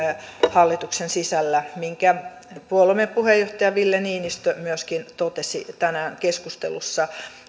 hallituksen sisällä minkä puolueemme puheenjohtaja ville niinistö myöskin totesi tänään keskustelussa